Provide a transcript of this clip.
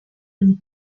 and